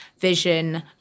vision